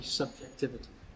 subjectivity